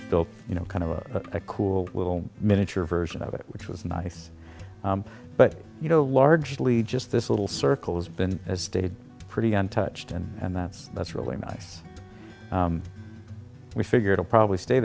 built you know kind of a cool little miniature version of it which was nice but you know largely just this little circle has been as stated pretty untouched and that's that's really nice we figure to probably stay